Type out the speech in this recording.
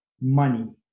money